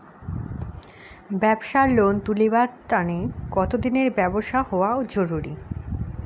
ব্যাবসার লোন তুলিবার তানে কতদিনের ব্যবসা হওয়া জরুরি?